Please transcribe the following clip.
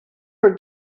for